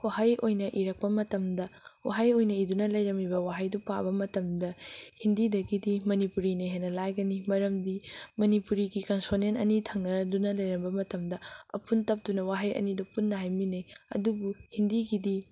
ꯋꯥꯍꯩ ꯑꯣꯏꯅ ꯏꯔꯛꯄ ꯃꯇꯝꯗ ꯋꯥꯍꯩ ꯑꯣꯏꯅ ꯏꯗꯨꯅ ꯂꯩꯔꯝꯃꯤꯕ ꯋꯥꯍꯩꯗꯨ ꯄꯥꯕ ꯃꯇꯝꯗ ꯍꯤꯟꯗꯤꯗꯒꯤꯗꯤ ꯃꯅꯤꯄꯨꯔꯤꯅ ꯍꯦꯟꯅ ꯂꯥꯏꯒꯅꯤ ꯃꯔꯝꯗꯤ ꯃꯅꯤꯄꯨꯔꯤꯒꯤ ꯀꯟꯁꯣꯅꯦꯟ ꯑꯅꯤ ꯊꯪꯅꯗꯨꯅ ꯂꯩꯔꯝꯕ ꯃꯇꯝꯗ ꯑꯄꯨꯟ ꯇꯞꯇꯨꯅ ꯋꯥꯍꯩ ꯑꯅꯤꯗꯨ ꯄꯨꯟꯅ ꯍꯥꯏꯃꯤꯟꯅꯩ ꯑꯗꯨꯕꯨ ꯍꯤꯟꯗꯤꯒꯤꯗꯤ